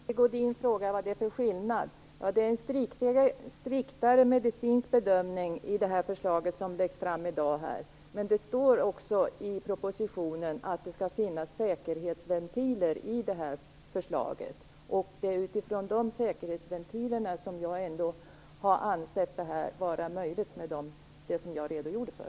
Herr talman! Sigge Godin frågade vad det är för skillnad. Ja, det är en striktare medicinsk bedömning i det förslag som läggs fram i dag. Men det står också i propositionen att det skall finnas säkerhetsventiler i det. Det är utifrån de säkerhetsventilerna som jag har ansett detta vara möjligt, med det som jag redogjorde för.